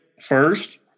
first